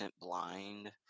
blind